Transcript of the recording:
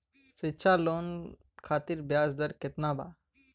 शिक्षा लोन खातिर ब्याज दर केतना बा?